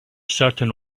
certain